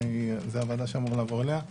זה אמור לעבור אליה.